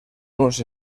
unos